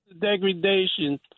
Degradation